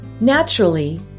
Naturally